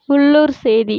உள்ளூர் செய்தி